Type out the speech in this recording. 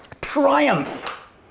Triumph